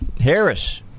Harris